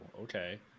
okay